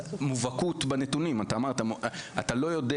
מובהקות בנתונים; אמרת שאתה לא יודע